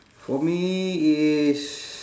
for me is